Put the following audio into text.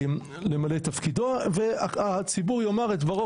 למלא את תפקידו והציבור יאמר את דברו,